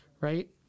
Right